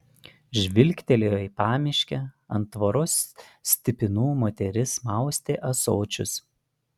žvilgtelėjo į pamiškę ant tvoros stipinų moteris maustė ąsočius